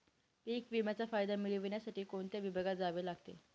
पीक विम्याचा फायदा मिळविण्यासाठी कोणत्या विभागात जावे लागते?